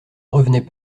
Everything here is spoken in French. revenait